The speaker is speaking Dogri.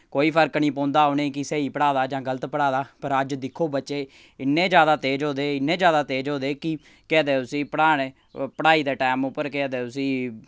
कोई फर्क निं पौंदा उ'नेंगी कि स्हेई पढ़ाए दा जां गलत पढ़ाए दा पर अज्ज दिक्खो बच्चे इन्ने जैदा तेज होए दे इन्ने जैदा तेज होए दे कि केह् आखदे उस्सी पढ़ाने पढ़ाई दे टाइम उप्पर केह् आखदे उस्सी